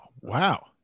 wow